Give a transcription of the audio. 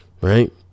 right